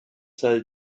sell